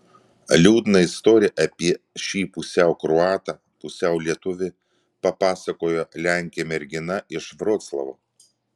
liūdną istoriją apie šį pusiau kroatą pusiau lietuvį papasakojo lenkė mergina iš vroclavo